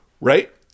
Right